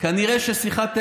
כל השאר שטויות.